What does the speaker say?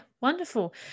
wonderful